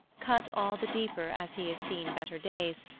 cut all the deeper as he has seen better days,